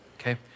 okay